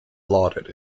lauded